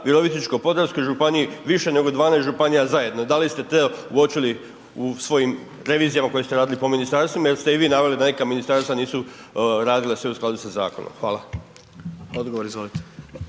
Virovitičko-podravskoj županiji, više nego 12 županija zajedno, da li ste to uočili u svojim revizijama koje ste radili po ministarstvima ili ste i vi naveli da neka ministarstva nisu radila sve u skladu sa zakonom? Hvala. **Jandroković,